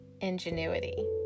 ingenuity